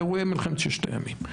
אירועי מלחמת ששת הימים.